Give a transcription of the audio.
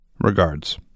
Regards